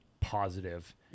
positive